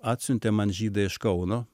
atsiuntė man žydai iš kauno